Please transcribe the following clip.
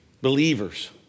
believers